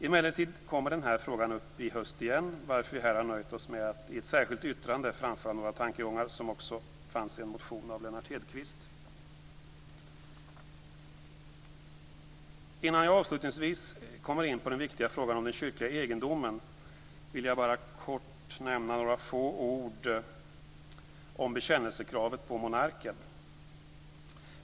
Emellertid kommer den frågan upp i höst igen, varför vi här har nöjt oss med att i ett särskilt yttrande framföra några tankegångar, som också finns i en motion av Lennart Hedquist. Innan jag avslutningsvis kommer in på den viktiga frågan om den kyrkliga egendomen vill jag bara nämna några få ord om bekännelsekravet på monarken.